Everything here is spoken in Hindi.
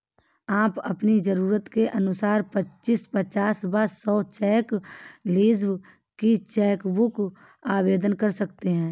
आप अपनी जरूरत के अनुसार पच्चीस, पचास व सौ चेक लीव्ज की चेक बुक आवेदन कर सकते हैं